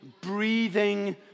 breathing